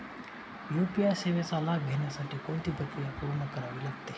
UPI सेवेचा लाभ घेण्यासाठी कोणती प्रक्रिया पूर्ण करावी लागते?